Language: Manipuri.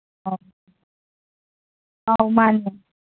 ꯑꯧ ꯑꯥꯎ ꯃꯥꯅꯦ